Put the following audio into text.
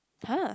!huh!